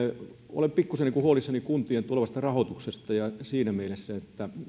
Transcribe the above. olen pikkusen huolissani kuntien tulevasta rahoituksesta siinä mielessä